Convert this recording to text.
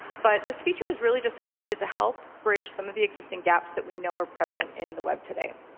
but this feature is really just intended to help bridge some of the existing gaps that we know are present in the web today.